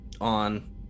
On